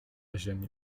ziemię